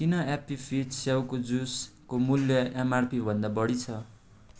किन Appy Fizz स्याउको जुसको मूल्य एमआरपीभन्दा बढी छ